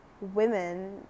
women